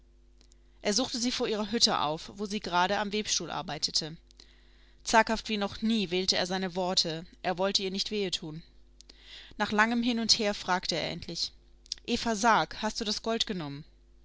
er suchte sie vor ihrer hütte auf wo sie gerade am webstuhl arbeitete zaghaft wie noch nie wählte er seine worte er wollte ihr nicht wehe tun nach langem hin und her fragte er endlich eva sag hast du das gold genommen